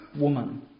woman